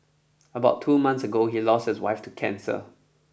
about two months ago he lost his wife to cancer